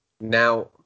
Now